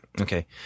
Okay